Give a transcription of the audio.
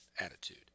attitude